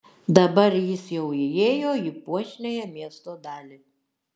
dabar jis jau įėjo į puošniąją miesto dalį